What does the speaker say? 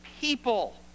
people